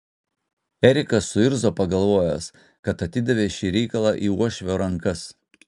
erikas suirzo pagalvojęs kad atidavė šį reikalą į uošvio rankas